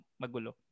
magulo